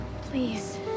Please